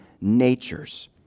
natures